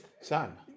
Son